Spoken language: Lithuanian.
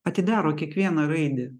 atidaro kiekvieną raidę